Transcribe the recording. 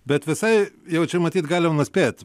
bet visai jau čia matyt galim nuspėt